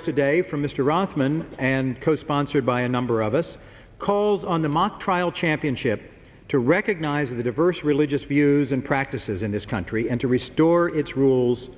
us today from mr othman and co sponsored by a number of us calls on the mock trial championship to recognize the diverse religious views and practices in this country and to restore its rules